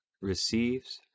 receives